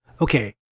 Okay